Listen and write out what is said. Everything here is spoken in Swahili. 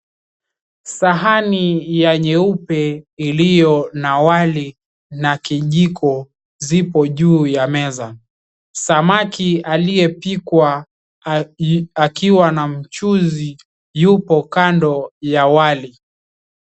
Sahani ya nyeupe iliyo na wali na kijiko zipo juu ya meza. Samaki aliyepikwa akiwa na mchuzi yupo kando ya wali.